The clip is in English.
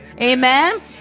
Amen